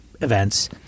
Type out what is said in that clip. events